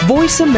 Voice